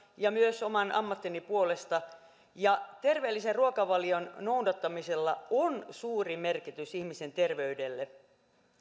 ja myös oman ammattini puolesta terveellisen ruokavalion noudattamisella on suuri merkitys ihmisen terveydelle